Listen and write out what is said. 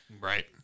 Right